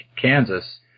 Kansas